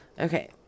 Okay